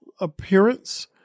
appearance